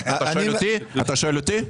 אתה שואל אותי?